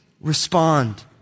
respond